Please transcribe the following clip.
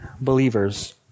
believers